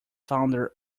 founder